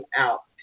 out